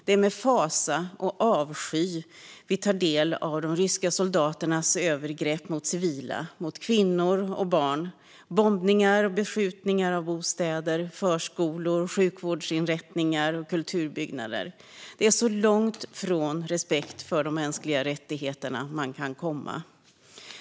Det är med fasa och avsky vi tar del av de ryska soldaternas övergrepp mot civila, mot kvinnor och barn, och bombningar och beskjutningar av bostäder, förskolor, sjukvårdsinrättningar och kulturbyggnader. Det är så långt från respekt för de mänskliga rättigheterna man kan komma.